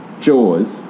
Jaws